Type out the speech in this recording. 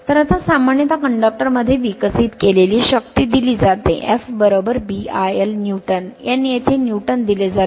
तर आता सामान्यतः कंडक्टर मध्ये विकसित केलेली शक्ती दिली जाते F B I l newton N येथे न्यूटन दिले जाते